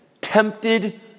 tempted